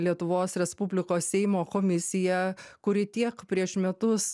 lietuvos respublikos seimo komisija kuri tiek prieš metus